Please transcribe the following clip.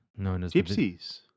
Gypsies